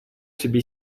себе